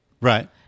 Right